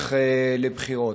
ונלך לבחירות.